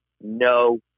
no